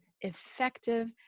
effective